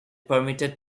permitted